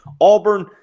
auburn